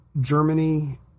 Germany